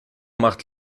macht